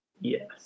yes